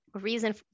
reason